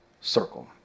circle